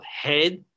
head